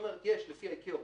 יש לפי ה-ICAO